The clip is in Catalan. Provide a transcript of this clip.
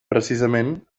precisament